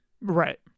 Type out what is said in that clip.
Right